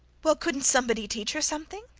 well, couldn't somebody teach her something?